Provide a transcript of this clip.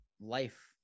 life